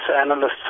analysts